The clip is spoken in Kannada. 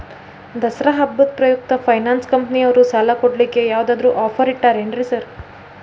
ದಸರಾ ಹಬ್ಬದ ಪ್ರಯುಕ್ತ ಫೈನಾನ್ಸ್ ಕಂಪನಿಯವ್ರು ಸಾಲ ಕೊಡ್ಲಿಕ್ಕೆ ಯಾವದಾದ್ರು ಆಫರ್ ಇಟ್ಟಾರೆನ್ರಿ ಸಾರ್?